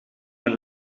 met